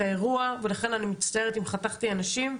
האירוע ולכן אני מצטערת אם חתכתי אנשים,